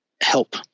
help